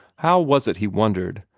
how was it, he wondered,